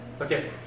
Okay